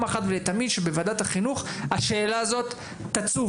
אחת ולתמיד שבוועדת החינוך השאלה הזו תצוף.